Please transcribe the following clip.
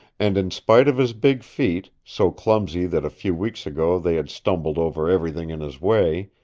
and in spite of his big feet, so clumsy that a few weeks ago they had stumbled over everything in his way,